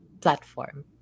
platform